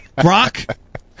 Brock